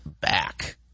back